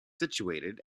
situated